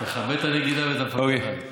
תכבד את הנגידה ואת המפקחת.